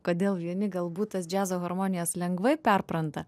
kodėl vieni galbūt tas džiazo harmonijas lengvai perpranta